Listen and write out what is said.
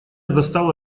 достала